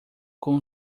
com